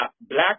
black